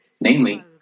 Namely